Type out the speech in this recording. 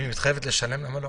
אם היא מתחייבת לשלם, למה לא?